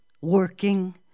working